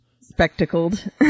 spectacled